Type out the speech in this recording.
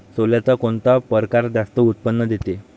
सोल्याचा कोनता परकार जास्त उत्पन्न देते?